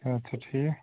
اَدٕ سا ٹھیٖک